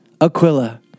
Aquila